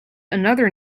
another